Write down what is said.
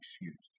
excused